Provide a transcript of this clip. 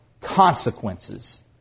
consequences